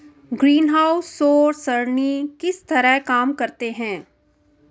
greenhouse सौर सरणी किस तरह काम करते हैं